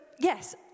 Yes